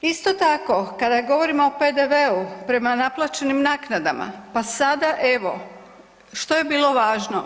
Isto tako kada govorimo o PDV-u prema naplaćenim naknadama, pa sada evo što je bilo važno?